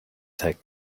take